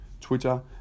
Twitter